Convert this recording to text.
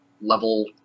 level